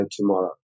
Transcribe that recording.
tomorrow